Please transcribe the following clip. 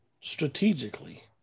strategically